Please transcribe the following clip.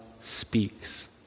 speaks